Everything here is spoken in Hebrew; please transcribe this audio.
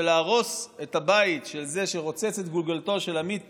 שלהרוס את הבית של זה שרוצץ את גולגולתו של עמית